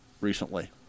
recently